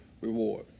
reward